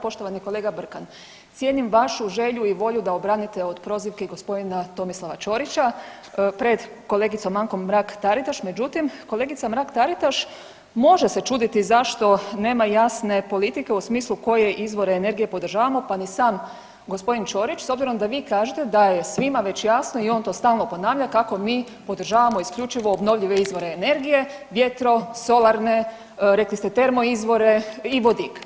Poštovani kolega Brkan, cijenim vašu želju i volju da obranite od prozivke gospodina Tomislava Ćorića pred kolegicom Ankom Mrak Taritaš međutim kolegica Mrak Taritaš može se čuditi zašto nema jasne politike u smislu koje izvore energije podržavamo, pa ni sam gospodin Ćorić s obzirom da vi kažete da je svima već jasno i on to stalno ponavlja kako mi podržavamo isključivo obnovljive izvore energije, vjetro, solarne, rekli ste termo izvore i vodik.